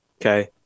Okay